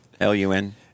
L-U-N